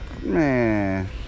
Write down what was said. Man